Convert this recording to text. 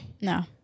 No